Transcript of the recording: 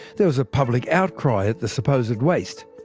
there was a public outcry at the supposed waste.